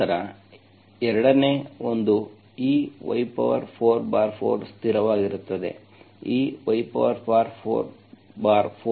ತದನಂತರ 2 ನೇ ಒಂದು ಈ y44 ಸ್ಥಿರವಾಗಿರುತ್ತದೆ